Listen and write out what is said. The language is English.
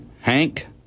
Hank